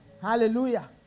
Hallelujah